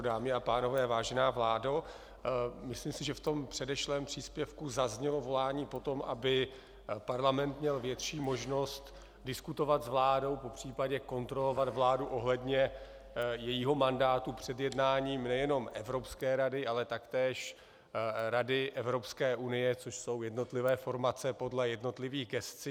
Dámy a pánové, vážená vládo, myslím si, že v předešlém příspěvku zaznělo volání po tom, aby Parlament měl větší možnost diskutovat s vládou, popř. kontrolovat vládu ohledně jejího mandátu před jednáním nejenom Evropské rady, ale taktéž Rady EU, což jsou jednotlivé formace podle jednotlivých gescí.